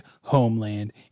Homeland